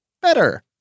Better